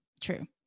True